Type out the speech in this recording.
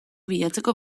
bilatzeko